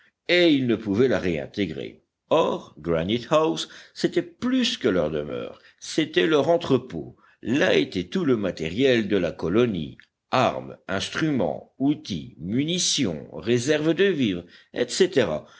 et ils ne pouvaient la réintégrer or granite house c'était plus que leur demeure c'était leur entrepôt là était tout le matériel de la colonie armes instruments outils munitions réserves de vivres etc